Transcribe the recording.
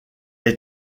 est